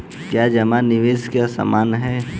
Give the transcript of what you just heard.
क्या जमा निवेश के समान है?